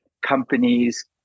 companies